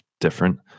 different